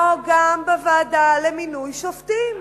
כמו גם בוועדה למינוי שופטים.